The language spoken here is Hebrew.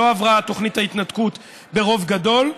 תוכנית ההתנתקות לא עברה ברוב גדול.